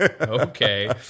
Okay